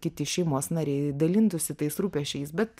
kiti šeimos nariai dalintųsi tais rūpesčiais bet